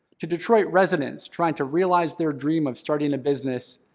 to detroit residents trying to realize their dream of starting a business,